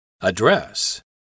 Address